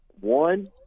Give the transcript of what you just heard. one